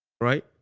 Right